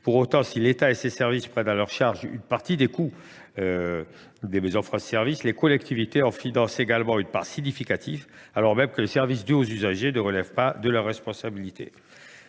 Pour autant, si l’État et ses services prennent à leur charge une partie des coûts de fonctionnement de ces maisons, les collectivités en financent également une part significative, alors même que les services dus aux usagers ne relèvent pas de leur responsabilité.